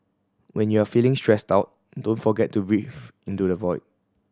when you are feeling stressed out don't forget to breathe into the void